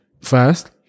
first